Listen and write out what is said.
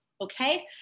Okay